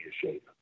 shape